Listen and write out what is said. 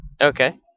Okay